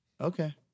okay